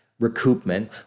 recoupment